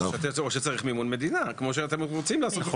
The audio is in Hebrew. או שצריך מימון מדינה כמו שאתם רוצים לעשות.